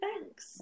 thanks